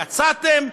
יצאתם,